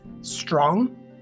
strong